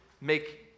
make